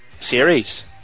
series